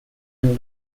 and